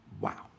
Wow